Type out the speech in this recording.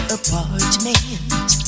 apartment